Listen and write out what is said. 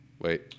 Wait